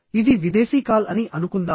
ఇది విదేశీ కాల్ అని అనుకుందాం